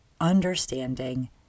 understanding